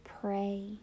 Pray